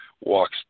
walks